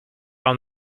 own